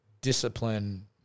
discipline